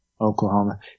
Oklahoma